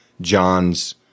John's